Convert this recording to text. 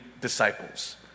disciples